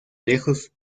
lejos